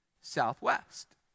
southwest